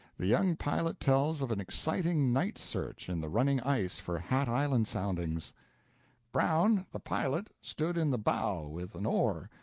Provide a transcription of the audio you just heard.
the young pilot tells of an exciting night search in the running ice for hat island soundings brown, the pilot, stood in the bow with an oar,